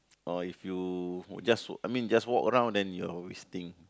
or if you just I mean just walk around then you always think